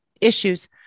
issues